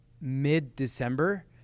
mid-December